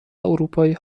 اروپایی